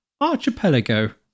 archipelago